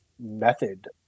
method